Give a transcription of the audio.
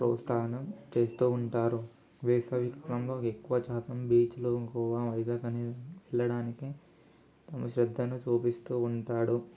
ప్రోత్సాహం చేస్తూ ఉంటారు వేసవికాలంలో ఎక్కువశాతం బీచ్లు గోవా వైజాగ్ కానీ వెళ్ళడానికి తమ శ్రద్ధను చూపిస్తూ ఉంటాడు